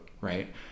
right